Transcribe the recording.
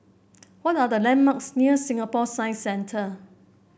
what are the landmarks near Singapore Science Centre